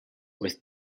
with